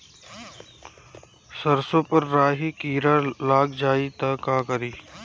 सरसो पर राही किरा लाग जाई त का करी?